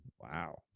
Wow